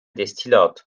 destillat